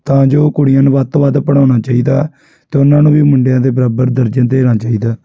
ਤਾਂ ਜੋ ਕੁੜੀਆਂ ਨੂੰ ਵੱਧ ਤੋਂ ਵੱਧ ਪੜ੍ਹਾਉਣਾ ਚਾਹੀਦਾ ਅਤੇ ਉਹਨਾਂ ਨੂੰ ਵੀ ਮੁੰਡਿਆਂ ਦੇ ਬਰਾਬਰ ਦਰਜਾ ਦੇਣਾ ਚਾਹੀਦਾ